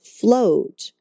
float